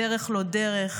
בדרך-לא-דרך,